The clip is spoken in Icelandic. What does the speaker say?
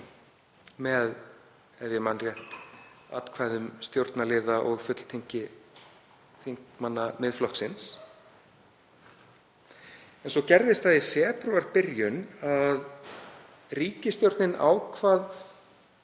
með, ef ég man rétt, atkvæðum stjórnarliða og fulltingi þingmanna Miðflokksins. En svo gerðist það í febrúarbyrjun að ríkisstjórnin ákvað